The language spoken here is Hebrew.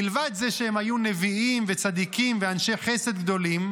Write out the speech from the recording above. מלבד זה שהם היו נביאים וצדיקים ואנשי חסד גדולים,